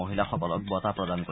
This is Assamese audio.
মহিলাসকলক বঁটা প্ৰদান কৰিব